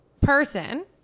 person